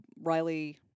Riley